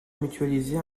mutualiser